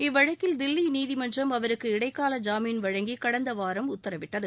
இவ்வழக்கில் தில்லி நீதிமன்றம் அவருக்கு இடைக்கால ஜாமீன் வழங்கி கடந்த வாரம் உத்தரவிட்டது